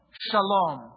Shalom